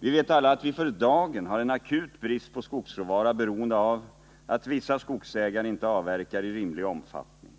Vi vet alla att vi för dagen har en akut brist på skogsråvara, beroende på att vissa skogsägare inte avverkar i rimlig omfattning.